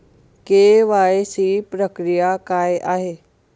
KYC प्रक्रिया काय आहे?